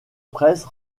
presse